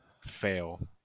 fail